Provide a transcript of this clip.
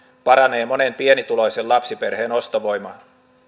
paranee monen pienituloisen lapsiperheen ostovoima